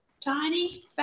tiny